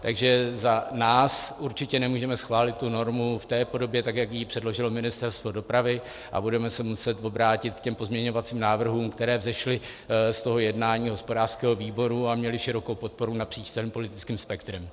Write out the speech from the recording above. Takže za nás určitě nemůžeme schválit normu v té podobě, jak ji předložilo Ministerstvo dopravy, a budeme se muset obrátit k těm pozměňovacím návrhům, které vzešly z toho jednání hospodářského výboru a měly širokou podporu napříč celým politickým spektrem.